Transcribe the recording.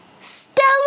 Stella